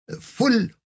full